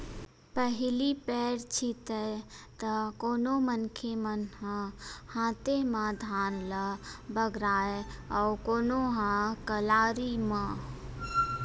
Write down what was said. पहिली पैर छितय त कोनो मनखे मन ह हाते म धान ल बगराय अउ कोनो ह कलारी म